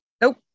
Nope